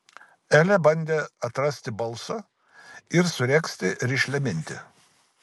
elė bandė atrasti balsą ir suregzti rišlią mintį